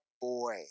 boy